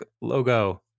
logo